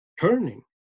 turning